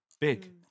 big